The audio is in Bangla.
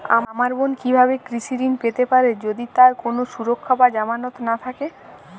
আমার বোন কীভাবে কৃষি ঋণ পেতে পারে যদি তার কোনো সুরক্ষা বা জামানত না থাকে?